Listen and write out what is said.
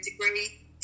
degree